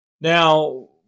Now